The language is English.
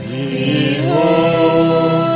Behold